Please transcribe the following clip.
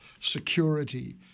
security